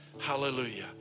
Hallelujah